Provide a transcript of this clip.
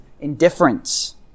indifference